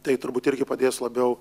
tai turbūt irgi padės labiau